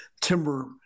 timber